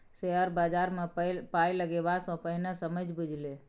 share बजारमे पाय लगेबा सँ पहिने समझि बुझि ले